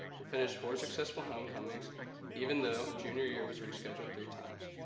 we finished four successful homecomings even though junior year was rescheduled three times.